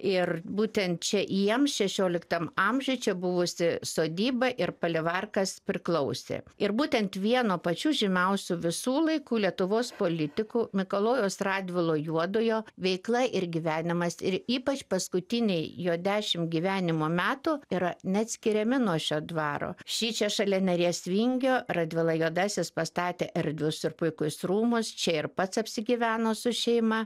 ir būtent čia jiems šešioliktam amžiuje čia buvusi sodyba ir palivarkas priklausė ir būtent vieno pačių žymiausių visų laikų lietuvos politikų mikalojaus radvilo juodojo veikla ir gyvenimas ir ypač paskutiniai jo dešimt gyvenimo metų yra neatskiriami nuo šio dvaro šičia šalia neries vingio radvila juodasis pastatė erdvius ir puikius rūmus čia ir pats apsigyveno su šeima